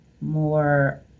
more